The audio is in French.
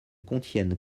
contiennent